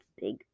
big